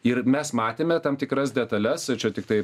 ir mes matėme tam tikras detales čia tiktai